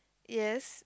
yes